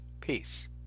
Peace